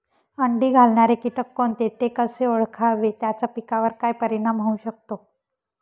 अंडी घालणारे किटक कोणते, ते कसे ओळखावे त्याचा पिकावर काय परिणाम होऊ शकतो?